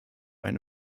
eine